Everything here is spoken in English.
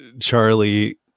charlie